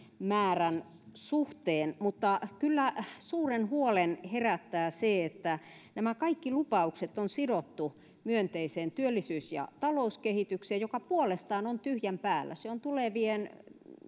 määrän suhteen mutta kyllä suuren huolen herättää se että nämä kaikki lupaukset on sidottu myönteiseen työllisyys ja talouskehitykseen joka puolestaan on tyhjän päällä se on tulevien